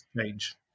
change